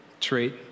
treat